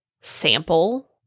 sample